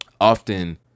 often